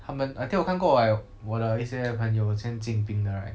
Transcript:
他们 I think 我看过 like 我的一些朋友以前进兵的 right